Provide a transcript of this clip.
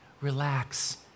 relax